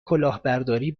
کلاهبرداری